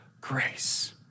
grace